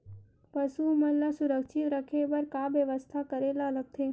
पशु मन ल सुरक्षित रखे बर का बेवस्था करेला लगथे?